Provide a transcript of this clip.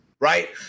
right